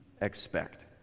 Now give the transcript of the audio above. expect